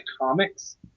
comics